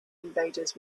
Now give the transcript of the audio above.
invaders